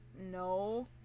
no